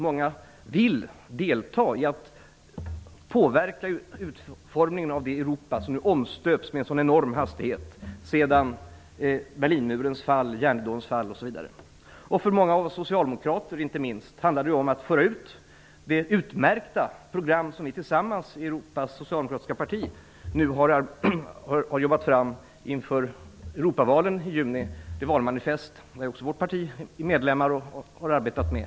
Många vill delta i utformningen av det Europa som nu omstöps med en sådan enorm hastighet efter Berlinmurens fall, järnridåns fall, osv. För många av oss socialdemokrater handlar det inte minst om att föra ut det utmärkta program som vi tillsammans med Europas socialdemokratiska parti nu har arbetat fram inför Europavalen i juni. Det är ett valmanifest som också vårt parti har arbetat med.